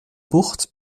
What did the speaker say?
bucht